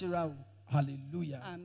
Hallelujah